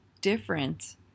different